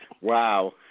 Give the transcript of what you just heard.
Wow